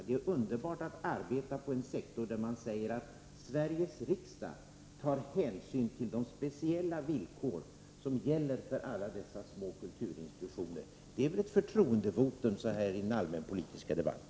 Det är underbart att arbeta i en sektor där man säger att Sveriges riksdag tar hänsyn till speciella villkor som gäller för alla dessa små kulturinstitutioner. Det är väl ett förtroendevotum så här i den allmänpolitiska debatten?